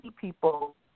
people